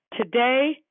Today